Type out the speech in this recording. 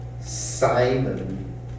Simon